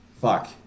Fuck